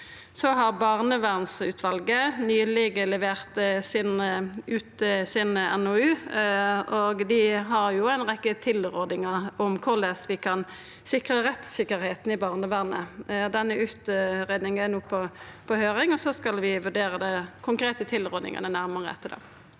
Barnevernsutvalet har nyleg levert si NOU. Dei har ei rekkje tilrådingar om korleis vi kan sikra rettssikkerheita i barnevernet. Den utgreiinga er no på høyring, og vi skal vurdera dei konkrete tilrådingane nærmare etter det.